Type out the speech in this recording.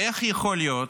איך יכול להיות